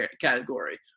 category